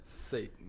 Satan